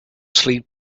sleep